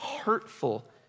hurtful